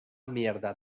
mierda